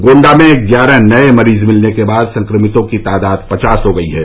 गोण्डा में ग्यारह नए मरीज मिलने के बाद संक्रमितों की तादाद पचास हो गई है